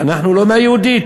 אנחנו לא מה"יהודית",